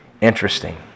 interesting